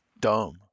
dumb